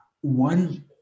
One